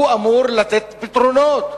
הוא אמור לתת פתרונות,